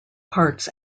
parts